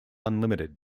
unlimited